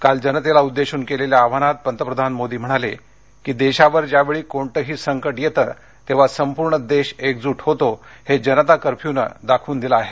काल जनतेला उद्देशून केलेल्या आवाहनात पंतप्रधान मोदी म्हणाले की देशावर ज्यावेळी कोणतंही संकट येतं तेव्हा संपूर्ण देश एकजुट होतो हे जनता कर्फ्यूनं दाखवून दिलं आहे